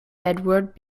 edward